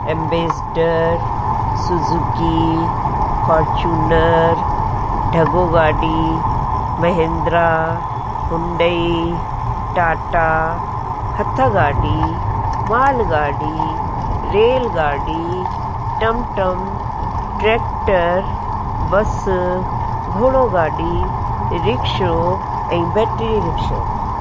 ambassador Suzuki Fortuner ढॻो गाॾी Mahindra Hyundai Tata हथगाॾी मालगाॾी रेलगाॾी टमटम ट्रैक्टर बस घोड़ोगाॾी रिक्शो ऐं बैट्री रिक्शो